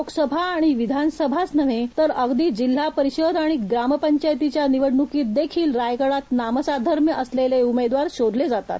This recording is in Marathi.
लोकसभा आणि विधानसभाच नव्हे तर अगदी जिल्हा परिषद आणि ग्रामपंचायतीच्या निवडणुकीत देखील रायगडात नामसाधर्म्य असलेले उमेदवार शोधले जातात